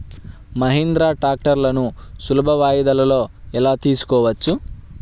మహీంద్రా ట్రాక్టర్లను సులభ వాయిదాలలో ఎలా తీసుకోవచ్చు?